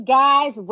guys